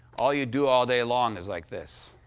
all you do all day long is like this,